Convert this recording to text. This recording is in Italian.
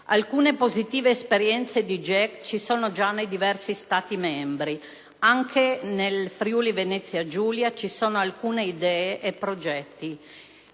Alcune positive esperienze di GECT ci sono già nei diversi Stati membri: anche nel Friuli-Venezia Giulia vi sono alcune idee e progetti: